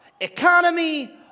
economy